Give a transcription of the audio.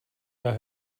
der